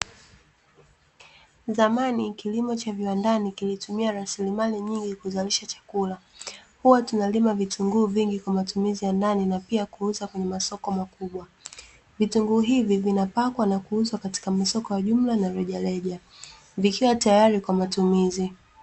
Zamani kilimo cha viwandani kilitumia rasilimali nyingi kuzalisha chakula. Huwa tunalima vitunguu vingi kwa matumizi ya ndani na pia kuuza kwenye masoko makubwa. Vitunguu hivi vinapakwa na kuuzwa katika masoko ya jumla na rejareja, vikiwa tayari kwa matumizi.